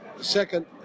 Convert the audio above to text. Second